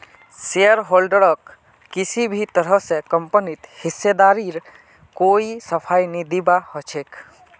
शेयरहोल्डरक किसी भी तरह स कम्पनीत हिस्सेदारीर कोई सफाई नी दीबा ह छेक